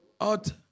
Out